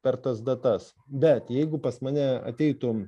per tas datas bet jeigu pas mane ateitų